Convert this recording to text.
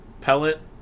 pellet